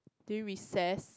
during recess